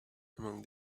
among